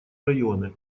районы